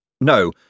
No